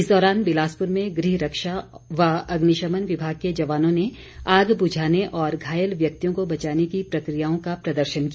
इस दौरान बिलासपुर में गृह रक्षा व अग्निशमन विभाग के जवानों ने आग बुझाने और घायल व्यक्तियों को बचाने की प्रक्रियाओं का प्रदर्शन किया